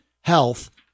health